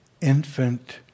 infant